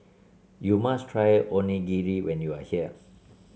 you must try Onigiri when you are here